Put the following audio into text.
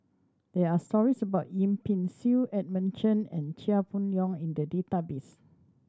there are stories about Yip Pin Xiu Edmund Chen and Chia Boon Leong in the database